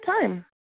time